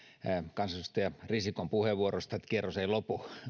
kansanedustaja risikon puheenvuorosta että kierros ei lopu